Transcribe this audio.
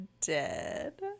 dead